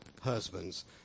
husbands